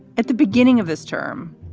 at the beginning of his term,